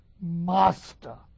master